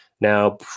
now